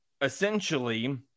essentially